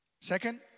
Second